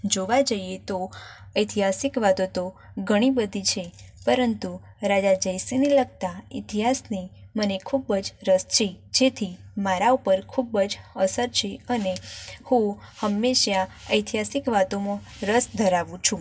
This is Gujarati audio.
જોવા જઈએ તો ઐતિહાસિક વાતો તો ઘણી બધી છે પરંતુ રાજા જયસિંહને લગતા ઈતિહાસની મને ખૂબ જ રસ છે જેથી મારા ઉપર ખૂબ જ અસર છે અને હું હંમેશાં ઐતિહાસિક વાતોમાં રસ ધરાવું છું